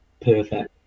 perfect